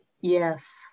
Yes